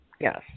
Yes